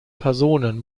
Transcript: personen